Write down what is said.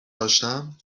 داشتم